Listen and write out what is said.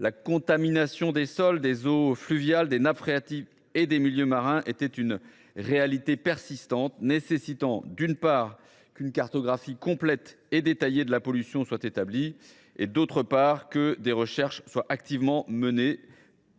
la contamination des sols, des eaux fluviales, des nappes phréatiques et des milieux marins était une réalité persistante, nécessitant, d’une part, qu’une cartographie complète et détaillée de la pollution soit établie et, d’autre part, que des recherches soient activement menées